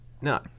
no